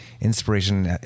inspiration